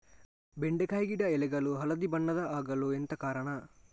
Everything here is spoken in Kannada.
ಬೆಂಡೆಕಾಯಿ ಗಿಡ ಎಲೆಗಳು ಹಳದಿ ಬಣ್ಣದ ಆಗಲು ಎಂತ ಕಾರಣ?